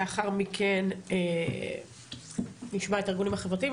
לאחר מכן נשמע את הארגונים החברתיים.